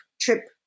trip